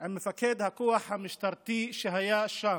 עם מפקד הכוח המשטרתי שהיה שם.